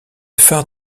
phare